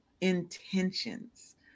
intentions